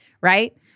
Right